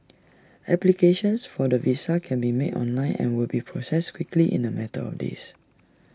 applications for the visa can be made online and will be processed quickly in A matter of days